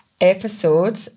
episode